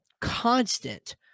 constant